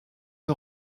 une